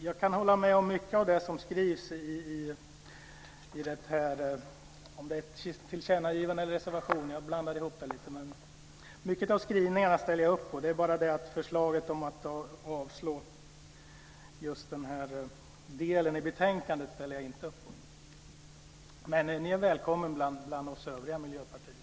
Jag kan hålla med om mycket av det som skrivs - om det är tillkännagivande eller reservation; jag blandar ihop det. Jag ställer upp på mycket av skrivningarna, men inte på förslaget om att avslå just den här delen i betänkandet. Men ni är välkomna bland oss övriga miljöpartier.